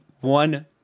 one